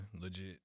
legit